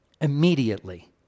Immediately